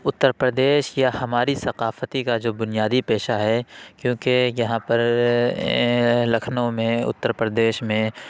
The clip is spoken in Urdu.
اتر پردیش یا ہماری ثقافتی کا جو بنیادی پیشہ ہے کیونکہ یہاں پر لکھنؤ میں اتر پردیش میں